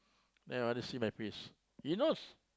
then my father see my face he knows